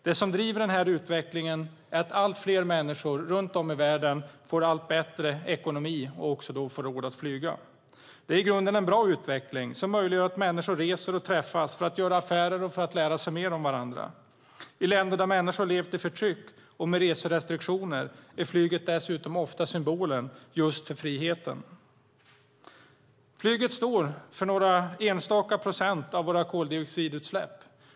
Det som driver denna utveckling är att allt fler människor runt om i världen får allt bättre ekonomi och då också får råd att flyga. Det är i grunden en bra utveckling som möjliggör att människor reser och träffas för att göra affärer och för att lära sig mer om varandra. I länder där människor har levt i förtryck och med reserestriktioner är flyget dessutom ofta symbolen just för friheten. Flyget står för några enstaka procent av våra koldioxidutsläpp.